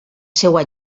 seva